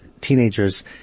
teenagers